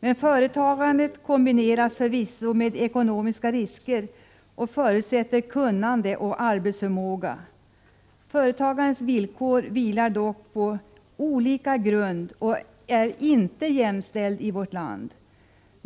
Men företagandet kombineras förvisso med ekonomiska risker och förutsätter kunnande och arbetsförmåga. Företagarens villkor vilar på olika grund och är inte jämställda i vårt land.